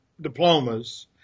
diplomas